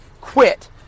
quit